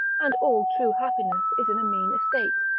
and all true happiness is in a mean estate.